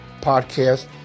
podcast